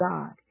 God